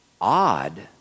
odd